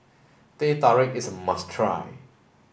Teh Tarik is a must try